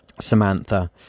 Samantha